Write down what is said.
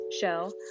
show